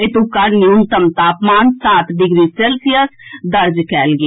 एतुका न्यूनतम तापमान सात डिग्री सेल्सियस दर्ज कएल गेल